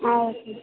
ஆ okay